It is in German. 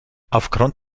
aufgrund